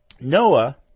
Noah